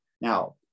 now